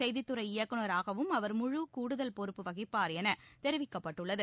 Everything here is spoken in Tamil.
செய்தித்துறை இயக்குனராகவும் அவர் கூடுகல் பொறுப்பு வகிப்பார் என ழு தெரிவிக்கப்பட்டுள்ளது